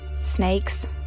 Snakes